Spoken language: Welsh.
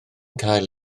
cael